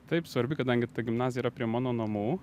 taip svarbi kadangi gimnazija yra prie mano namų